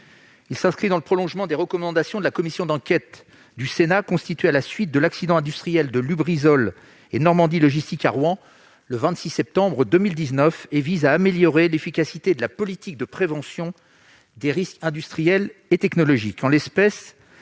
à s'inscrire dans le prolongement des recommandations de la commission d'enquête du Sénat constituée à la suite de l'accident industriel de Lubrizol et Normandie Logistique, à Rouen, le 26 septembre 2019, et à améliorer l'efficacité de la politique de prévention des risques industriels et technologiques.